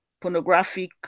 pornographic